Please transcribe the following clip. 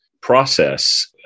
process